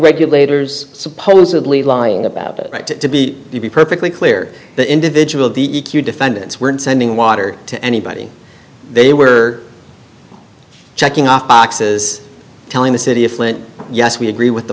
regulators supposedly lying about it to be perfectly clear that individual d e q defendants weren't sending water to anybody they were checking off boxes telling the city of flint yes we agree with the